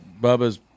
Bubba's